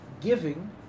Giving